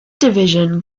division